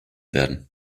werden